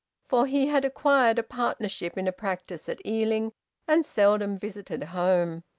for he had acquired a partnership in a practice at ealing and seldom visited home.